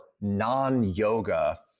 non-yoga